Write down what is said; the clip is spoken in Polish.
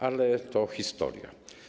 Ale to historia.